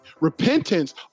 repentance